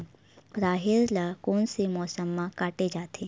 राहेर ल कोन से मौसम म काटे जाथे?